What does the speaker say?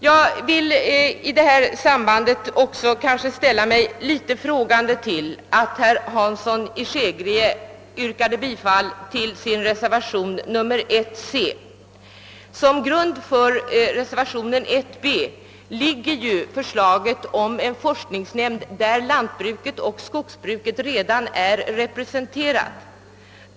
Jag ställer mig undrande inför det faktum att herr Hansson i Skegrie yrkat bifall till reservationen 1 vad den avser utskottets hemställan under moment 1 c. Som grund för reservationen 1 i vad den avser utskottets yrkande i moment 1 b ligger förslaget om en fristående forskningsnämnd, i vilken lantbruket och skogsbruket redan är representerade.